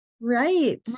Right